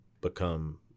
become